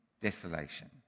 desolation